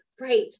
Right